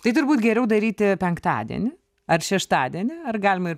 tai turbūt geriau daryti penktadienį ar šeštadienį ar galima ir